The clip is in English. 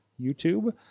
YouTube